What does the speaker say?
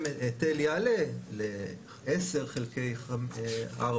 שמקדם ההיטל יעלה ל-10 חלקי 4,